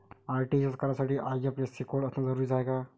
RTGS करासाठी IFSC code असनं जरुरीच हाय का?